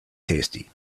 tasty